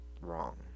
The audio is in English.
wrong